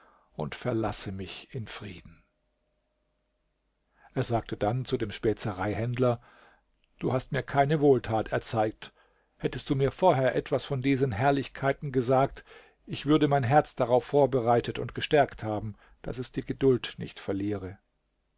und verlasse mich in frieden er sagte dann zu dem spezereihändler du hast mir keine wohltat erzeigt hättest du mir vorher etwas von diesen herrlichkeiten gesagt ich würde mein herz darauf vorbereitet und gestärkt haben daß es die geduld nicht verliere